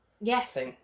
Yes